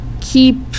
keep